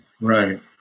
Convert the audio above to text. right